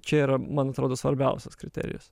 čia yra man atrodo svarbiausias kriterijus